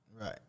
Right